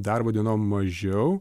darbo dienom mažiau